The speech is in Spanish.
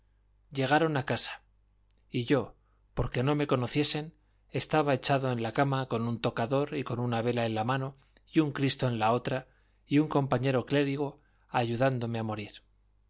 llegaron a casa y yo porque no me conociesen estaba echado en la cama con un tocador y con una vela en la mano y un cristo en la otra y un compañero clérigo ayudándome a morir